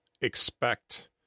expect